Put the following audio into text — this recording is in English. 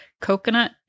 coconut